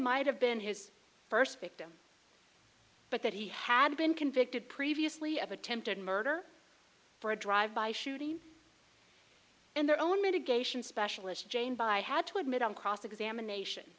might have been his first victim but that he had been convicted previously of attempted murder for a drive by shooting and their own mitigation specialist jane by had to admit on cross examination